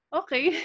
okay